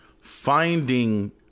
finding